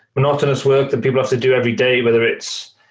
monotonous work that people have to do every day, whether it's,